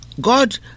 God